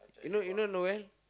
you know you know Noel